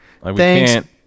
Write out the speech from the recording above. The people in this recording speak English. thanks